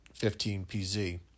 15PZ